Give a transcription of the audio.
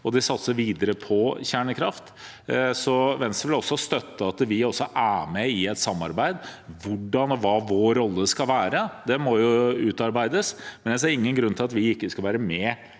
og de satser videre på kjernekraft. Venstre vil derfor støtte at vi også er med i et samarbeid. Hvordan, og hva vår rolle skal være, må utarbeides, men jeg ser ingen grunn til at vi ikke skal være med